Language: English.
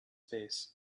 face